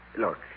Look